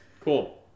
Cool